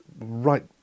right